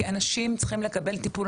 כי אנשים צריכים לקבל טיפול.